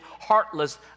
heartless